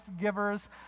givers